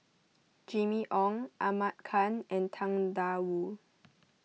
Jimmy Ong Ahmad Khan and Tang Da Wu